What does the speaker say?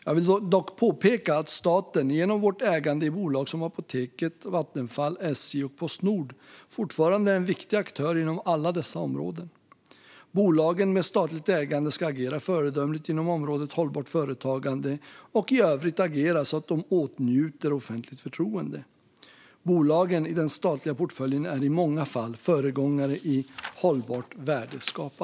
Jag vill dock påpeka att staten genom sitt ägande i bolag som Apoteket, Vattenfall, SJ och Postnord fortfarande är en viktig aktör inom alla dessa områden. Bolag med statligt ägande ska agera föredömligt inom området hållbart företagande och i övrigt agera så att de åtnjuter offentligt förtroende. Bolagen i den statliga portföljen är i många fall föregångare i hållbart värdeskapande.